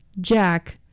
Jack